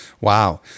Wow